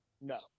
No